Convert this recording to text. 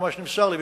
ממה שנמסר לי,